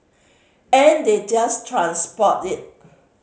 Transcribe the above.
and they just transport it